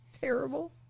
Terrible